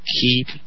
keep